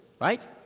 right